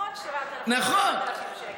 שמרוויחות 7,000 שקל.